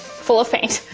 full of paint.